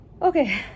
Okay